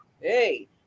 hey